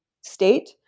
state